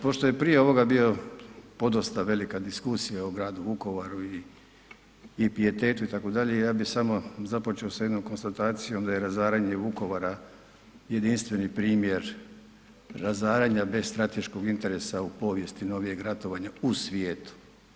Pošto je prije ovoga bio podosta velika diskusija o gradu Vukovaru i pijetetu itd., ja bi samo započeo sa jednom konstatacijom da je razaranje Vukovara jedinstveni primjer razaranja bez strateškog interesa u povijesti novijeg ratovanja u svijetu.